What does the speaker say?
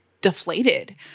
deflated